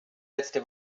letzte